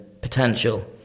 potential